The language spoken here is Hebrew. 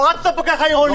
או רק הפקח העירוני.